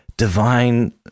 divine